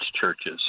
churches